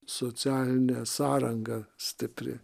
socialinė sąranga stipri